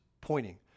pointing